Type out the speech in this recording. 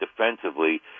defensively